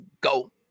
go